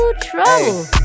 trouble